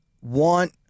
want